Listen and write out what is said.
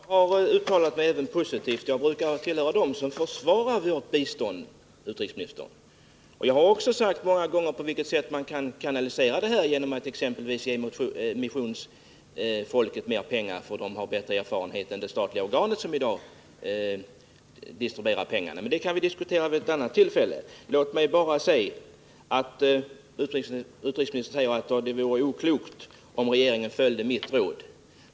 Fru talman! Jag har även uttalat mig positivt och tillhör, herr utrikesminister, dem som försvarar vår biståndsverksamhet. Många gånger har jag också pekat på hur man kan kanalisera medlen, exempelvis genom att ge missionsfolket mer pengar, eftersom dessa människor har bättre erfarenhet än det statliga organ som i dag distribuerar medlen. Men det kan vi diskutera vid ett annat tillfälle. Utrikesministern sade att det vore oklokt, om regeringen följde mitt råd.